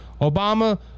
Obama